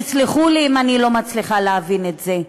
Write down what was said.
תסלחו לי אם אני לא מצליחה להבין את זה,